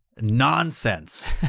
Nonsense